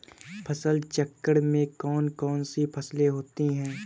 फसल चक्रण में कौन कौन सी फसलें होती हैं?